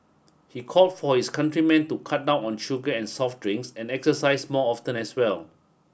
he called for his countrymen to cut down on sugar and soft drinks and exercise more often as well